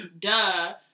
Duh